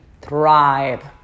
thrive